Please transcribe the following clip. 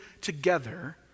together